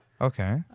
okay